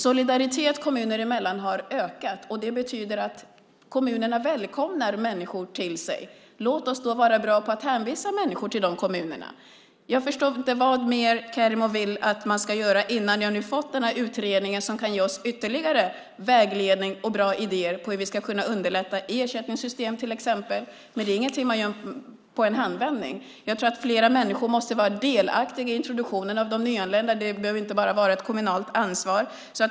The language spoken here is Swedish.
Solidariteten kommuner emellan har ökat, och det betyder att kommunerna välkomnar människor till sig. Låt oss då vara bra på att hänvisa människor till de kommunerna! Jag förstår inte vad mer Kerimo vill att vi ska göra innan vi har fått den här utredningen som kan ge oss ytterligare vägledning och bra idéer på hur vi ska kunna underlätta. Det gäller till exempel ersättningssystem, men det är ingenting man gör i en handvändning. Jag tror att fler människor måste vara delaktiga i introduktionen av de nyanlända. Det behöver inte bara vara ett kommunalt ansvar.